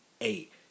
eight